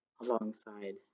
alongside